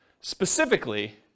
specifically